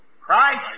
Christ